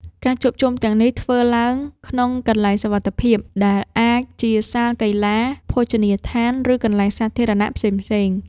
ការជួបជុំទាំងនេះធ្វើឡើងក្នុងកន្លែងសុវត្ថិភាព ដែលអាចជាសាលកីឡា ភោជនីយដ្ឋាន ឬកន្លែងសាធារណៈផ្សេងៗ។